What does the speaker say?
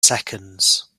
seconds